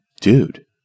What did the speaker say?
dude